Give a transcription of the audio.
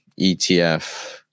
ETF